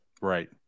right